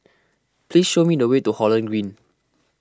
please show me the way to Holland Green